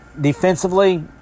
defensively